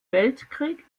weltkrieg